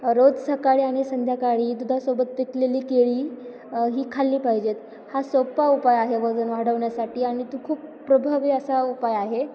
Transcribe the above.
रोज सकाळी आणि संध्याकाळी दुधासोबत पिकलेली केळी ही खाल्ली पाहिजेत हा सोपा उपाय आहे वजन वाढवण्यासाठी आणि तो खूप प्रभावी असा उपाय आहे